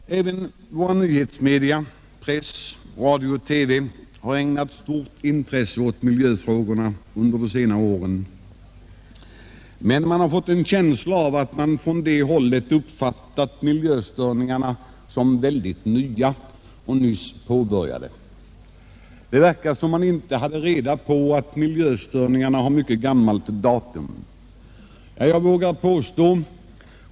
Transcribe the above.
Även våra nyhetsmedia — press, radio och TV — har ägnat stort intresse åt miljöfrågorna under de senare åren. Men man har fått en känsla av att miljöstörningarna från det hållet uppfattats som väldigt nya och nyss påbörjade. Det verkar som om man inte hade reda på att miljöstörningarna är av mycket gammalt datum.